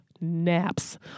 naps